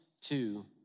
two